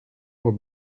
will